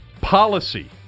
policy